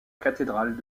cathédrale